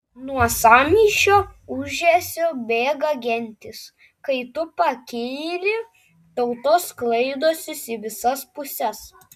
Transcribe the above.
nuo sąmyšio ūžesio bėga gentys kai tu pakyli tautos sklaidosi į visas puses